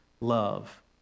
love